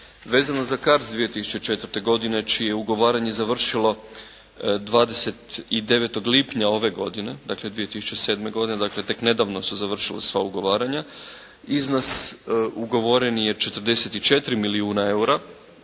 Vezano za CARDS 2004. godine čije je ugovaranje završilo 29. lipnja ove godine, dakle 2007. godine, dakle tek nedavno su završila sva ugovaranja, iznos ugovoreni je 44 milijuna eura